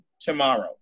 tomorrow